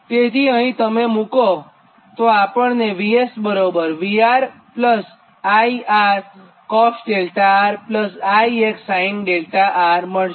તેથી અહીં તમે મૂકો તો પછી આપણને VS બરાબર VR |I| R cos 𝛿𝑅 IX sin𝛿𝑅 મળશે